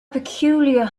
peculiar